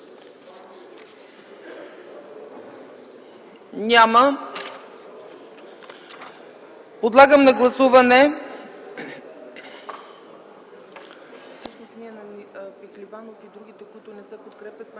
Няма. Подлагам на гласуване